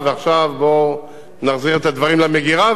ועכשיו בוא נחזיר את הדברים למגירה.